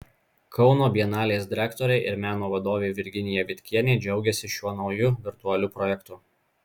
kauno bienalės direktorė ir meno vadovė virginija vitkienė džiaugiasi šiuo nauju virtualiu projektu